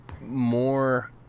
more